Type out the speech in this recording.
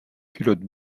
culotte